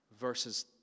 versus